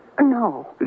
No